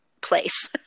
place